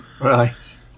Right